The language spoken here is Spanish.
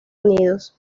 unidos